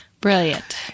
Brilliant